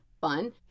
fun